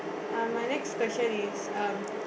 uh my next question is um